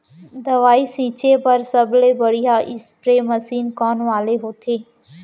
दवई छिंचे बर सबले बढ़िया स्प्रे मशीन कोन वाले होथे?